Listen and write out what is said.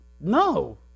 No